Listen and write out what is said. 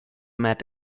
met